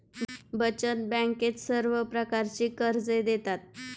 बचत बँकेत सर्व प्रकारची कर्जे देतात